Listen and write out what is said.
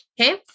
Okay